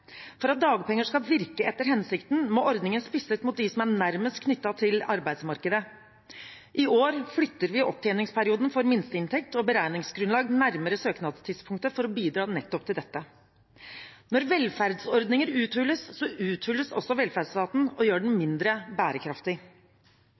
For at dagpenger skal virke etter hensikten, må ordningen spisses mot dem som er nærmest knyttet til arbeidsmarkedet. I år flytter vi opptjeningsperioden for minsteinntekt og beregningsgrunnlag nærmere søknadstidspunktet for å bidra til dette. Når velferdsordninger uthules, uthules også velferdsstaten, og det gjør den